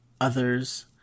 others